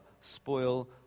spoil